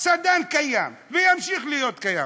סדן קיים וימשיך להיות קיים,